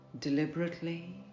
deliberately